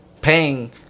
paying